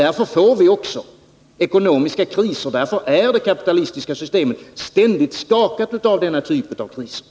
Därför får vi också ekonomiska kriser, därför är det kapitalistiska systemet ständigt skakat av denna typ av kriser.